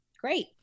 Great